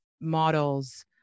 models